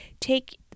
take